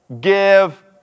give